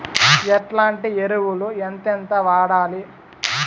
ఎట్లాంటి ఎరువులు ఎంతెంత వాడాలి?